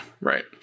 right